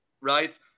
right